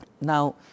Now